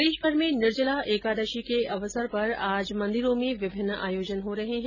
प्रदेशभर में निर्जला एकादशी के अवसर पर आज मंदिरों में विभिन्न आयोजन हो रहे है